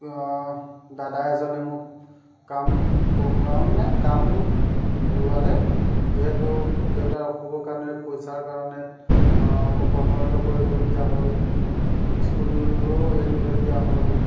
দাদা এজনে মোক কাম কৰা মানে কাম ধৰোৱালে যিহেতু দেউতাৰ অসুখৰ কাৰণে পইচাৰ কাৰণে মোৰ কৰ্মৰত কৰিবলগীয়া হ'ল স্কুলো এৰিবলগীয়া হ'ল